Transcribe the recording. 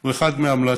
הוא אחד מההמלצות.